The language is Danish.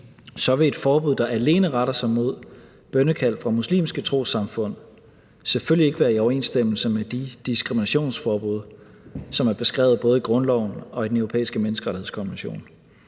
vil et forbud, der alene retter sig mod bønnekald fra muslimske trossamfund, selvfølgelig ikke være i overensstemmelse med de diskriminationsforbud, som er beskrevet i både grundloven og i Den Europæiske Menneskerettighedskonvention.